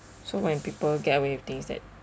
so when people get away of things that